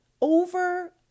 over